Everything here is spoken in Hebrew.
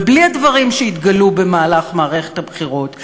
ובלי הדברים שהתגלו במהלך מערכת הבחירות,